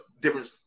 different